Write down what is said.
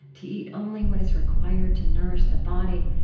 to eat only what is required to nourish the body,